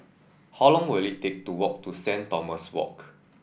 how long will it take to walk to Saint Thomas Walk